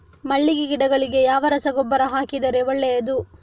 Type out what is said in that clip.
ಮಲ್ಲಿಗೆ ಗಿಡಗಳಿಗೆ ಯಾವ ರಸಗೊಬ್ಬರ ಹಾಕಿದರೆ ಒಳ್ಳೆಯದು?